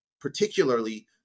particularly